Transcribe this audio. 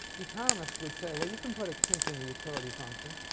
economists would say, well you can put a kink in the utility function.